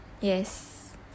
yes